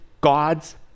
God's